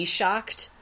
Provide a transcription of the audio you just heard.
shocked